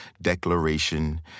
declaration